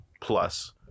plus